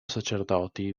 sacerdoti